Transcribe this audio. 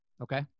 Okay